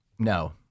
No